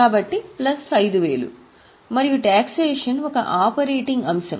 కాబట్టి ప్లస్ 5000 మరియు టాక్సేషన్ ఒక ఆపరేటింగ్ అంశం